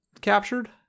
captured